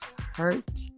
hurt